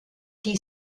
die